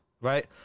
right